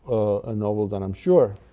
a novel that i'm sure